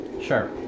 Sure